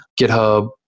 GitHub